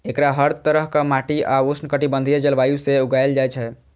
एकरा हर तरहक माटि आ उष्णकटिबंधीय जलवायु मे उगायल जाए छै